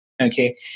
Okay